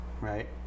right